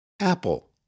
APPLE